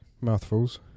Mouthfuls